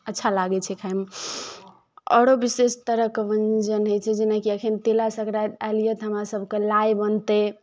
अच्छा लागै छै खायमे आओरो विशेष तरहके व्यञ्जन होइ छै जेनाकि एखन तिला संक्रान्ति आयल यए तऽ हमरासभके लाइ बनतै